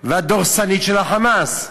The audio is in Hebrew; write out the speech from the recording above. והדורסנית של ה"חמאס".